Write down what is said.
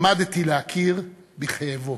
למדתי להכיר בכאבו.